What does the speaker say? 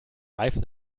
reifen